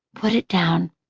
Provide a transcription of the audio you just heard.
put it down,